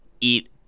eat